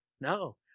No